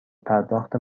پرداخت